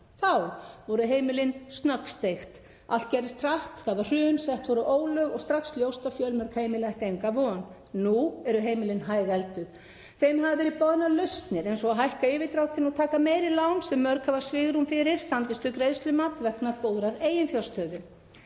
Þá voru heimilin snöggsteikt, allt gerðist hratt, það varð hrun, sett voru ólög og strax ljóst að fjölmörg heimili ættu enga von. Nú eru heimilin hægelduð. Þeim hafa verið boðnar lausnir eins og að hækka yfirdráttinn og taka meiri lán sem mörg hafa svigrúm fyrir standist þau greiðslumat vegna góðrar eiginfjárstöðu.